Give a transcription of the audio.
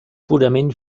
purament